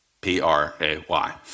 P-R-A-Y